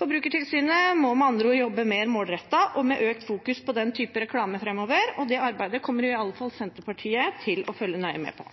Forbrukertilsynet må med andre ord jobbe mer målrettet og med økt fokusering på den type reklame framover, og det arbeidet kommer iallfall Senterpartiet til å følge nøye med på.